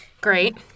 great